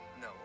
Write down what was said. No